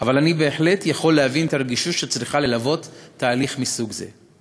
אבל אני בהחלט יכול להבין את הרגישות שצריכה ללוות תהליך מסוג זה.